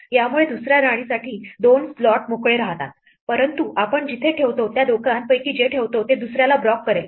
यामुळे दुसऱ्या राणीसाठी दोन स्लॉट मोकळे राहतात परंतु आपण जिथे ठेवतो त्या दोघांपैकी जे ठेवतो ते दुसर्याला ब्लॉक करेल